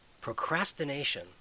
procrastination